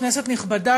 כנסת נכבדה,